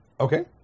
Okay